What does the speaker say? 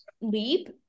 leap